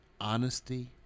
honesty